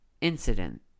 incident